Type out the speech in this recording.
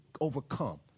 overcome